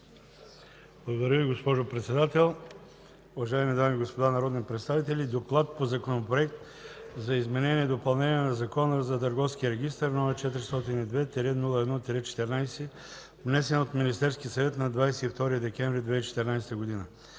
Благодаря Ви, госпожо Председател. Уважаеми дами и господа народни представители, „ДОКЛАД относно Законопроект за изменение и допълнение на Закона за търговския регистър, № 402-01-14, внесен от Министерския съвет на 22 декември 2014 г.